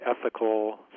ethical